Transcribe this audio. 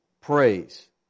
praise